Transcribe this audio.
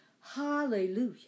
Hallelujah